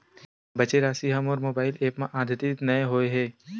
बचे राशि हा मोर मोबाइल ऐप मा आद्यतित नै होए हे